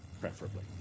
preferably